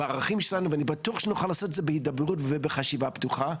הוא בערכים שלנו ואני בטוח שנוכל לעשות את זה בהידברות ובחשיבה פתוחה.